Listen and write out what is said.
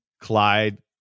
Clyde